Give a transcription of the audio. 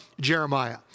Jeremiah